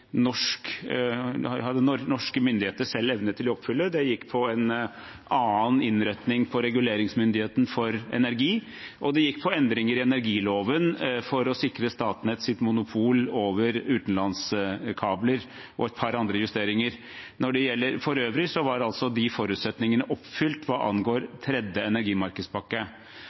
gikk på en annen innretning på reguleringsmyndigheten for energi, og det gikk på endringer i energiloven for å sikre Statnetts monopol over utenlandskabler – og et par andre justeringer. For øvrig var altså forutsetningene oppfylt hva angår tredje energimarkedspakke.